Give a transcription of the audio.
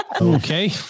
Okay